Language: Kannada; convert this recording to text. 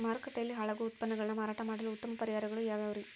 ಮಾರುಕಟ್ಟೆಯಲ್ಲಿ ಹಾಳಾಗುವ ಉತ್ಪನ್ನಗಳನ್ನ ಮಾರಾಟ ಮಾಡಲು ಉತ್ತಮ ಪರಿಹಾರಗಳು ಯಾವ್ಯಾವುರಿ?